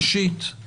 ראשית,